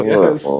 Yes